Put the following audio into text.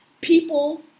people